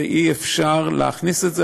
ואי-אפשר להכניס את זה,